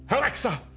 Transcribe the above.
alexa!